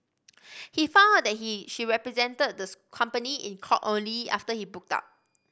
he found out that he she represented this company in court only after he booked out